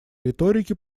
риторики